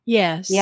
Yes